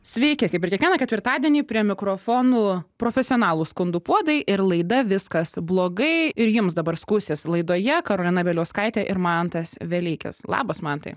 sveiki kaip ir kiekvieną ketvirtadienį prie mikrofonų profesionalūs skundų puodai ir laida viskas blogai ir jums dabar skųsis laidoje karolina bieliauskaitė ir mantas velykis labas mantai